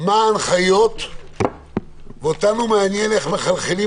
מה ההנחיות ואותנו מעניין איך מחלחלות